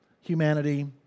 humanity